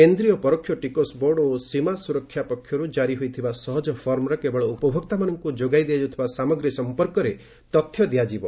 କେନ୍ଦ୍ରୀୟ ପରୋକ୍ଷ ଟିକସ ବୋର୍ଡ ଓ ସୀମା ସୁରକ୍ଷା ପକ୍ଷରୁ ଜାରି ହୋଇଥିବା ସହଜ ଫର୍ମରେ କେବଳ ଉପଭୋକ୍ତାମାନଙ୍କୁ ଯୋଗାଇ ଦିଆଯାଉଥିବା ସାମଗ୍ରୀ ସମ୍ପର୍କରେ ତଥ୍ୟ ଦିଆଯିବ